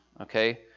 Okay